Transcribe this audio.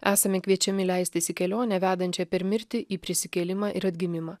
esame kviečiami leistis į kelionę vedančią per mirtį į prisikėlimą ir atgimimą